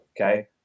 okay